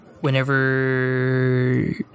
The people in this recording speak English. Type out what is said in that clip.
Whenever